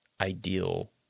ideal